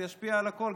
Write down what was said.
זה ישפיע על הכול.